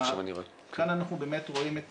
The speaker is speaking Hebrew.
כאן אנחנו רואים את